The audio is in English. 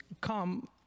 come